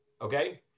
Okay